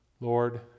lord